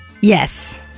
Yes